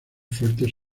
fuertes